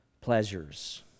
pleasures